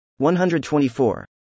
124